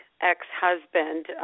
ex-husband